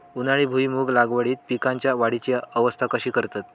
उन्हाळी भुईमूग लागवडीत पीकांच्या वाढीची अवस्था कशी करतत?